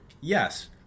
Yes